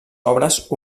obres